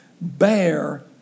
Bear